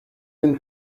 been